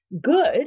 good